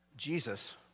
Jesus